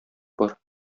бар